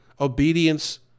Obedience